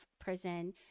prison